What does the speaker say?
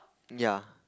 ya